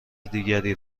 دیگری